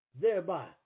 thereby